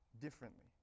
differently